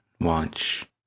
watch